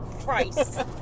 Christ